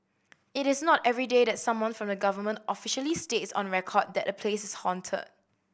it is not everyday that someone from the government officially states on record that a place is haunted